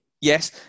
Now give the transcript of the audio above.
yes